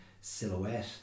silhouette